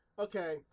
Okay